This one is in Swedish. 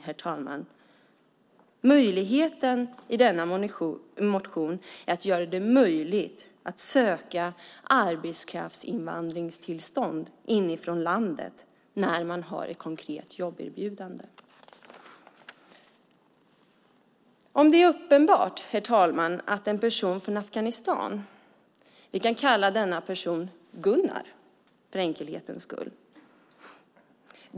Denna motion föreslår att det ska vara möjligt att söka tillstånd för arbetskraftsinvandring inifrån landet när det finns ett konkret jobberbjudande. Herr talman! Det finns en person från Afghanistan. Vi kan för enkelhetens skull kalla personen för Gunnar.